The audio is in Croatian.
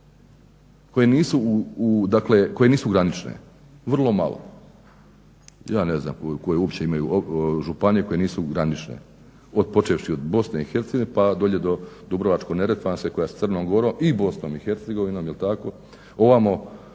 koje nisu granične? Vrlo malo. Ja ne znam koje uopće imaju, županije koje nisu granične, počevši od Bosne i Hercegovine pa dolje do Dubrovačko-neretvanske koja s Crnom Gorom i Bosnom i Hercegovinom ovamo